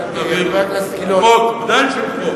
חברי הכנסת והצופים בבית לא שמעו.